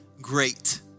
great